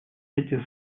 эти